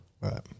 Right